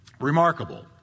Remarkable